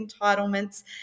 entitlements